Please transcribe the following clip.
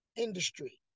industry